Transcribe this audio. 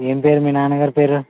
ఏం పేరు మీ నాన్న గారి పేరు